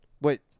Wait